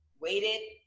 waited